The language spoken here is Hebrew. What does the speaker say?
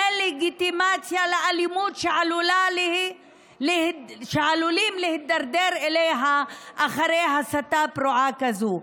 זו לגיטימציה לאלימות שעלולים להידרדר אליה אחרי הסתה פרועה כזאת.